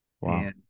wow